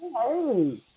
Hey